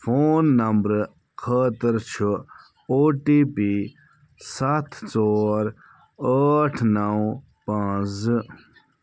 phone نمبرٕ خٲطرٕ چھُ او ٹی پی سَتھ ژور ٲٹھ نو پانٛژھ زٕ